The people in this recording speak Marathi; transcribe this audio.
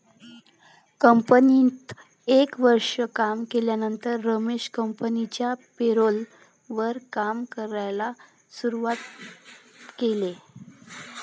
कंपनीत एक वर्ष काम केल्यानंतर रमेश कंपनिच्या पेरोल वर काम करायला शुरुवात केले